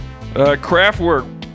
Craftwork